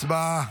הצבעה.